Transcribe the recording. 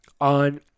on